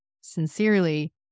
sincerely